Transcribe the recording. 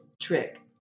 trick